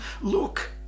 look